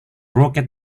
rocket